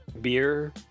beer